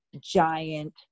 giant